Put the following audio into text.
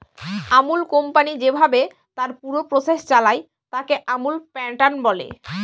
Amul company যেভাবে তার পুরো প্রসেস চালায়, তাকে আমুল প্যাটার্ন বলে